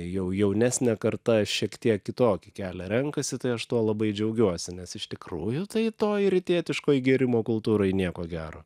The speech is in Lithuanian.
jau jaunesnė karta šiek tiek kitokį kelią renkasi tai aš tuo labai džiaugiuosi nes iš tikrųjų tai toji rytietiškoji gėrimo kultūra ji nieko gero